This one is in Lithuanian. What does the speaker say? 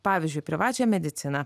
pavyzdžiui privačią mediciną